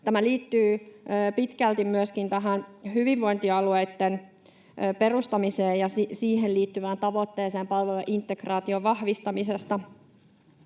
Tämä liittyy pitkälti myöskin hyvinvointialueitten perustamiseen ja siihen liittyvään tavoitteeseen palvelujen integraation vahvistamisesta,